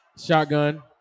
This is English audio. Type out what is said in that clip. Shotgun